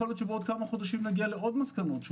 יכול להיות שבעוד כמה חודשים נגיע לעוד מסקנות לחולים